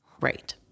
Right